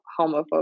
homophobic